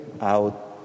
out